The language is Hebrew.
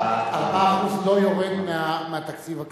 ה-4% לא יורד מהתקציב הקשיח.